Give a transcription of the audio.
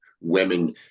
women